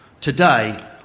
Today